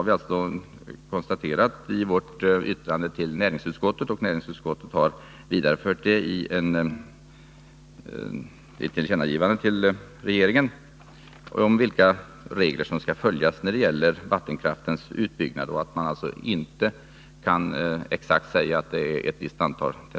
Vi hari vårt yttrande till näringsutskottet gjort ett uttalande om vilka regler som skall följas när det gäller vattenkraftens utbyggnad. Detta har näringsutskottet sedan hemställt att riksdagen skall ge regeringen till känna.